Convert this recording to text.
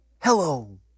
Hello